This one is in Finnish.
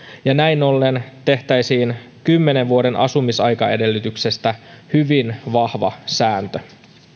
ja näin ollen tehtäisiin kymmenen vuoden asumisaikaedellytyksestä hyvin vahva sääntö